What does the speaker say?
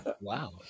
wow